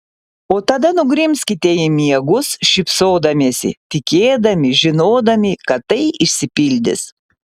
o tada nugrimzkite į miegus šypsodamiesi tikėdami žinodami kad tai išsipildys